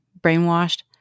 brainwashed